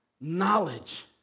knowledge